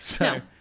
No